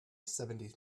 seventies